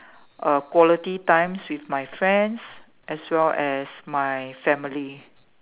uh quality times with my friends as well as my family